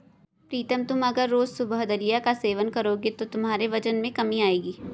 प्रीतम तुम अगर रोज सुबह दलिया का सेवन करोगे तो तुम्हारे वजन में कमी आएगी